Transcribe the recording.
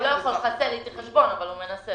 הוא לא יכול לחסל איתי חשבון אבל הוא מנסה.